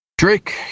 Drake